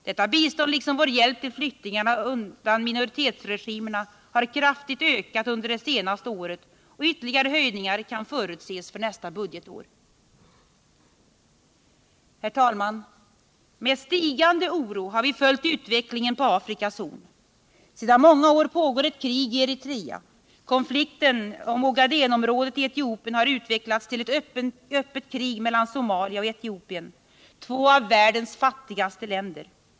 Detta bistånd liksom vår hjälp till flyktingarna undan minoritetsregimerna har ökat kraftigt under det senaste året, och ytterligare höjningar kan förutses för nästa budgetår. Herr talman! Med stigande oro har vi följt utvecklingen på Afrikas horn. Sedan många år pågår ett krig i Eritrea. Konflikten om Ogadenområdet i Etiopien har utvecklats till ett öppet krig mellan Somalia och Etiopien — två av världens fattigaste länder.